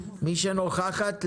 מי שנוכחת,